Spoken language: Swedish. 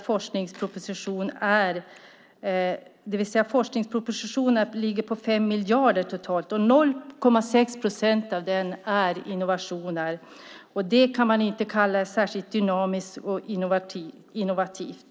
Forskningspropositionen ligger på totalt 5 miljarder, och 0,6 procent av den är innovationer. Det kan man inte kalla särskilt dynamiskt och innovativt.